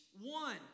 one